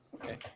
Okay